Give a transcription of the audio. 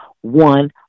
one